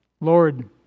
Lord